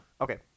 Okay